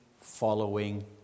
following